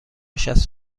شصت